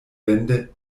wände